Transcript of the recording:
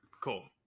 Cool